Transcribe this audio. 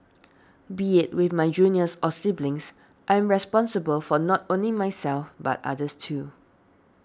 be it with my juniors or siblings I'm responsible for not only myself but others too